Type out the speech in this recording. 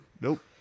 Nope